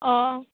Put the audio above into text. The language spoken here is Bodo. अ